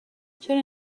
چرا